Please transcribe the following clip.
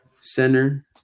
Center